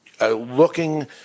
looking